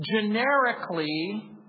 generically